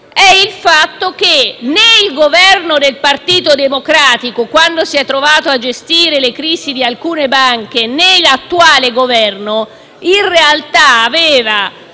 è il fatto che, né il Governo del Partito Democratico - quando si è trovato a gestire le crisi di alcune banche - né l'attuale Governo hanno le